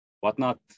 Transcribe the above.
whatnot